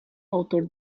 author